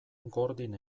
gordin